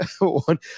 one